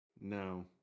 no